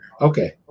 Okay